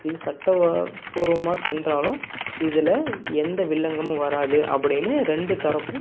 இது சட்ட பூர்வமாக சென்றாலும் இதில் எந்த வில்லங்கம் வராது அப்படின்னு ரெண்டு தரப்பும்